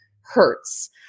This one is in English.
hurts